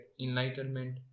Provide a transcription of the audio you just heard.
enlightenment